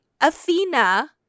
Athena